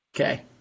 Okay